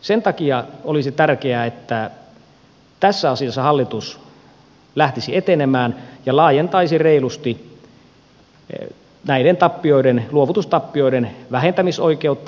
sen takia olisi tärkeää että tässä asiassa hallitus lähtisi etenemään ja laajentaisi reilusti näiden luovutustappioiden vähentämisoikeutta